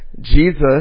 Jesus